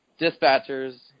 dispatchers